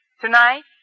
Tonight